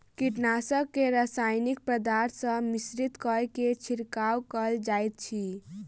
कीटनाशक के रासायनिक पदार्थ सॅ मिश्रित कय के छिड़काव कयल जाइत अछि